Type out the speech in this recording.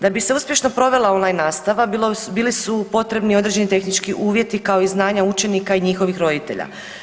Da bi se uspješno provela on-line nastava bili su potrebni određeni tehnički uvjeti kao i znanja učenika i njihovih roditelja.